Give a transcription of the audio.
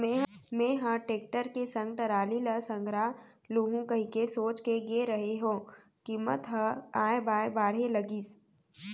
मेंहा टेक्टर के संग टराली ल संघरा लुहूं कहिके सोच के गे रेहे हंव कीमत ह ऑय बॉय बाढ़े लगिस